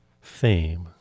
Fame